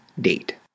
date